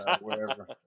wherever